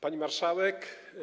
Pani Marszałek!